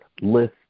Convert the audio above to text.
list